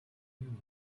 rim